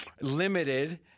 limited